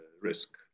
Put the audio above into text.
risk